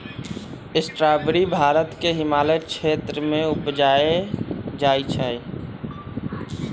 strawberry Bharat के हिमालय क्षेत्र में उपजायल जाइ छइ